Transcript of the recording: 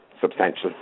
substantial